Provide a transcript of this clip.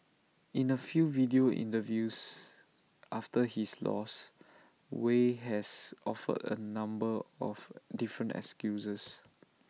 in A few video interviews after his loss Wei has offered A number of different excuses